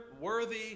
worthy